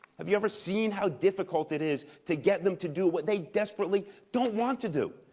have you ever seen how difficult it is to get them to do what they desperately don't want to do?